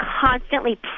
constantly